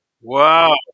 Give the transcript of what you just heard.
Wow